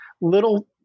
little